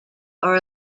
are